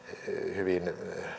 hyvin